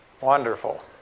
Wonderful